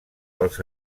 pels